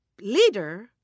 leader